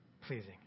pleasing